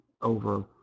over